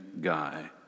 Guy